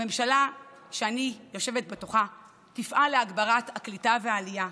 הממשלה שאני יושבת בתוכה תפעל להגברת הקליטה והעלייה,